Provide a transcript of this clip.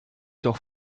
doch